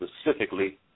specifically